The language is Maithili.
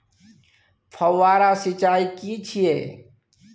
फव्वारा सिंचाई की छिये?